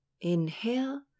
Inhale